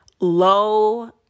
low